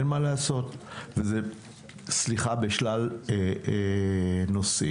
אין מה לעשות, וזה בשלל נושאים.